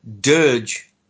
dirge